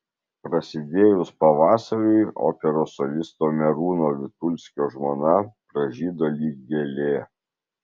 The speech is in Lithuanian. prasidėjus pavasariui operos solisto merūno vitulskio žmona pražydo lyg gėlė